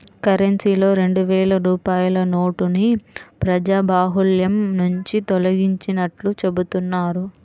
కరెన్సీలో రెండు వేల రూపాయల నోటుని ప్రజాబాహుల్యం నుంచి తొలగించినట్లు చెబుతున్నారు